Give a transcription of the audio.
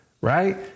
Right